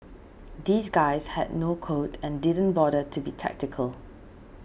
these guys had no code and didn't bother to be tactical